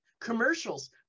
commercials